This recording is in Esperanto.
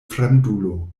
fremdulo